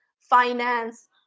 finance